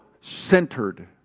centered